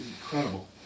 incredible